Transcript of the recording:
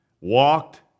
Walked